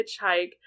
hitchhike